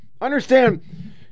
Understand